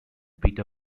beta